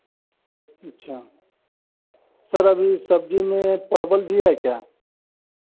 अच्छा सर अभी सब्ज़ी में परवल भी है क्या